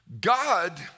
God